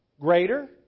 greater